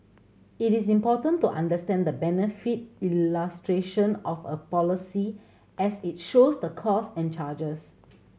it is important to understand the benefit illustration of a policy as it shows the cost and charges